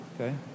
Okay